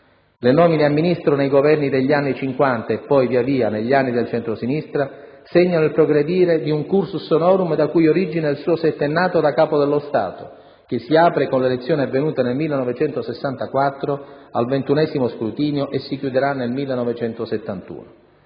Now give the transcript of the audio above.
Le nomine a ministro nei Governi degli anni Cinquanta e poi, via via, negli anni del centrosinistra segnano il progredire di un *cursus honorum* da cui origina il suo settennato da Capo dello Stato, che si apre con l'elezione avvenuta nel 1964, al ventunesimo scrutinio, e si chiuderà nel 1971.